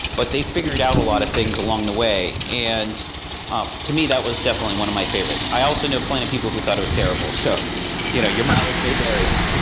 but they figured out a lot of things along the way. and um to me, that was definitely one of my favorites. i also know plenty of people who thought it was terrible. so you know your mileage may vary.